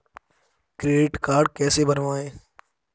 Credit card कैसे बनवाएँ?